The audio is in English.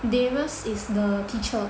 Darius is the teacher